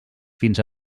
fins